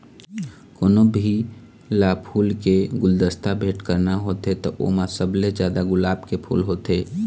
कोनो भी ल फूल के गुलदस्ता भेट करना होथे त ओमा सबले जादा गुलाब के फूल होथे